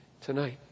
tonight